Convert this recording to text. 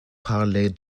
parler